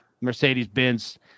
Mercedes-Benz